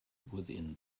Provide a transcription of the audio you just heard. within